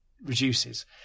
reduces